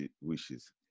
wishes